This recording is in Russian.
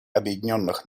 объединенных